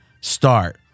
start